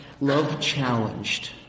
love-challenged